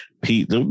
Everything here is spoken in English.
Pete